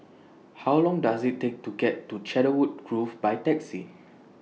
How Long Does IT Take to get to Cedarwood Grove By Taxi